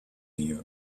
you